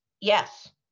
Yes